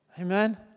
Amen